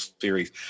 series